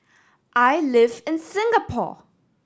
I live in Singapore